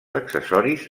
accessoris